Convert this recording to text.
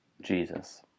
Jesus